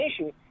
issue